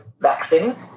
vaccine